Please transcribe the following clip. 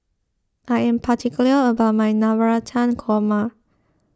I am particular about my Navratan Korma